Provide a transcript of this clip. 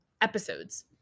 episodes